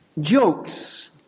Jokes